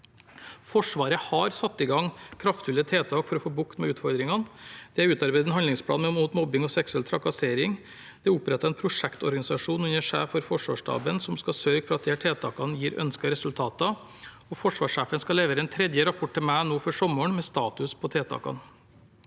Forsvaret har satt i gang kraftfulle tiltak for å få bukt med utfordringene. Det er utarbeidet en handlingsplan mot mobbing og seksuell trakassering. Det er opprettet en prosjektorganisasjon under sjef for Forsvarsstaben som skal sørge for at disse tiltakene gir ønskede resultater, og forsvarssjefen skal levere en tredje rapport til meg før sommeren med status på tiltakene.